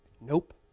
Nope